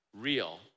real